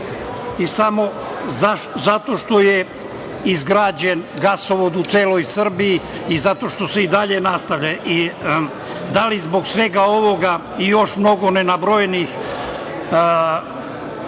i samo zato što je izgrađen gasovod u celoj Srbiji i zato što se i dalje nastavlja? Da li zbog svega ovoga i još mnogo ne nabrojenih